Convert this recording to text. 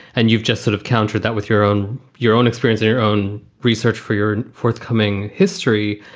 and you've just sort of countered that with your own your own experience in your own research for your forthcoming history.